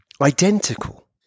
identical